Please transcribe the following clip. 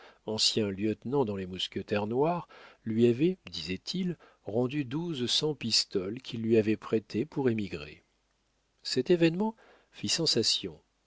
ancien lieutenant dans les mousquetaires noirs lui avait disait-il rendu douze cents pistoles qu'il lui avait prêtées pour émigrer cet événement fit sensation